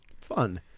fun